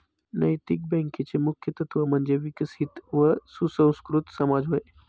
नैतिक बँकेचे मुख्य तत्त्व म्हणजे विकसित व सुसंस्कृत समाज होय